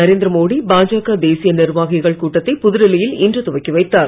நரேந்திர மோடி பாஜக தேசிய நிர்வாகிகள் கூட்டத்தை புதுடெல்லியில் இன்று துவக்கி வைத்தார்